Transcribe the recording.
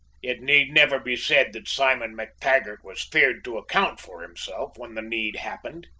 it need never be said that simon mactaggart was feared to account for himself when the need happened.